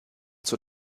zur